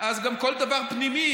אז גם כל דבר פנימי,